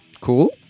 Cool